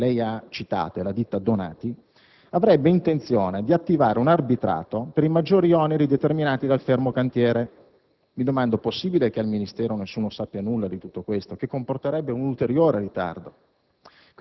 che lei ha citato (è la ditta Donati), avrebbe intenzione di attivare un arbitrato per i maggiori oneri determinati dal fermo cantiere. È possibile che al Ministero nessuno sappia nulla di tutto questo? Ciò comporterebbe un ulteriore ritardo;